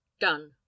Done